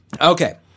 Okay